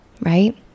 right